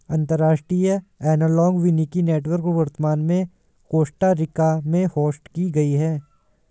अंतर्राष्ट्रीय एनालॉग वानिकी नेटवर्क वर्तमान में कोस्टा रिका में होस्ट की गयी है